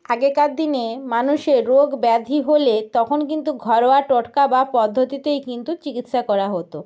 আগেকার দিনে মানুষের রোগ ব্যাধি হলে তখন কিন্তু ঘরোয়া টোটকা বা পদ্ধতিতেই কিন্তু চিকিৎসা করা হতো